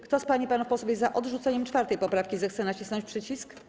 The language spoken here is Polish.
Kto z pań i panów posłów jest za odrzuceniem 4. poprawki, zechce nacisnąć przycisk.